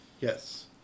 yes